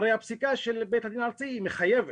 הרי שהפסיקה של בית הדין הארצי היא מחייבת.